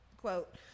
quote